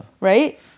right